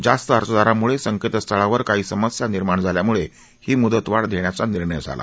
जास्त अर्जदारांमुळे संकेतस्थळावर काही समस्या निर्माण झाल्यामुळे ही मुदतवाढ देण्याचा निर्णय झाला